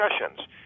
discussions